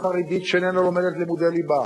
גם היום, יש בלי סוף פוטנציאל לחתני פרס נובל.